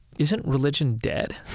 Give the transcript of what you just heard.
isn't religion dead?